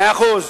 מאה אחוז.